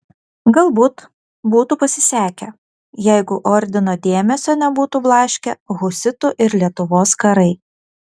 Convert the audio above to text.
galbūt būtų pasisekę jeigu ordino dėmesio nebūtų blaškę husitų ir lietuvos karai